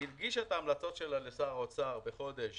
היא הגישה את ההמלצות שלה לשר האוצר בחודש